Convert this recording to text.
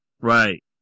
Right